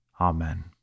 Amen